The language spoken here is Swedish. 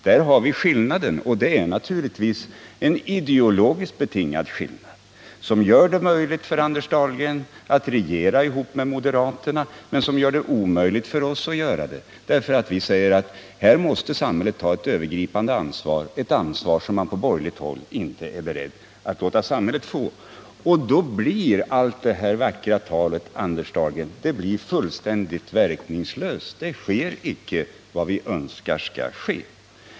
Där har vi skillnaden, och det är naturligtvis en ideologiskt betingad skillnad, som gör det möjligt för Anders Dahlgren att regera ihop med moderaterna men omöjligt för oss — därför att vi säger att samhället måste ta ett övergripande ansvar, ett ansvar som man på borgerligt håll inte är beredd att låta samhället få. Då blir allt det här vackra talet fullständigt verkningslöst, Anders Dahlgren. Det sker inte som vi önskar skall ske.